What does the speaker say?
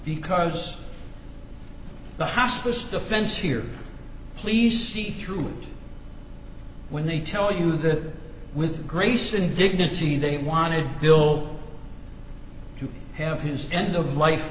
because the hospice defense here please see through it when they tell you that with grace and dignity they wanted bill to have his end of life